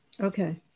Okay